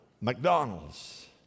McDonald's